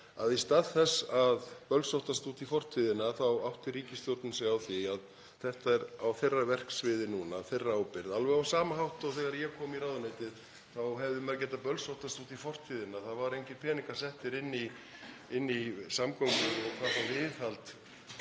að í stað þess að bölsótast út í fortíðina þá átti ríkisstjórnin sig á því að þetta er á hennar verksviði núna, hennar ábyrgð. Alveg á sama hátt og þegar ég kom í ráðuneytið þá hefði maður getað bölsótast út í fortíðina. Það voru engir peningar settir inn í samgöngur og viðhald